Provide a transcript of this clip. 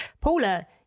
paula